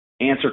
answer